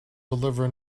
deliver